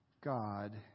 God